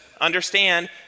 understand